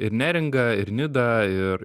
ir neringa ir nida ir